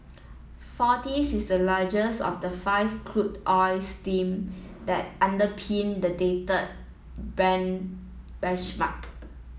forties is the largest of the five crude oil stream that underpin the dated Brent benchmark